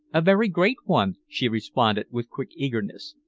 a very great one, she responded with quick eagerness,